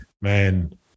man